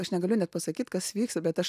aš negaliu net pasakyt kas vyksta bet aš